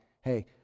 hey